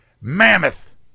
mammoth